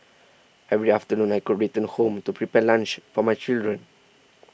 every afternoon I could return home to prepare lunch for my children